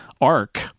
arc